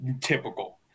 typical